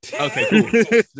okay